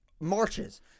marches